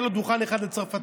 יהיה לו דוכן אחד לצרפתית,